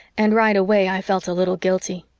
and right away i felt a little guilty.